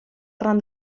arran